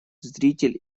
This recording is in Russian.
зритель